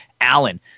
Allen